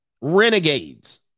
renegades